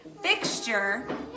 fixture